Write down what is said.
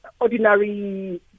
ordinary